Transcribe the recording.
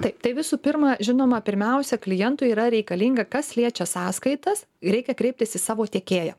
taip tai visų pirma žinoma pirmiausia klientui yra reikalinga kas liečia sąskaitas reikia kreiptis į savo tiekėją